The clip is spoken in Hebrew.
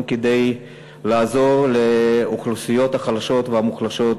כדי לעזור לאוכלוסיות החלשות והמוחלשות